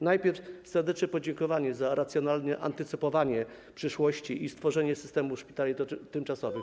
Najpierw serdeczne podziękowanie za racjonalne antycypowanie przyszłości i stworzenie systemu szpitali tymczasowych.